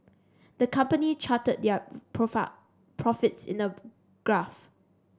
the company charted their profits in a graph